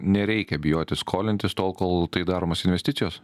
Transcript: nereikia bijoti skolintis tol kol tai daromos investicijos